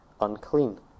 unclean